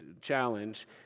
challenge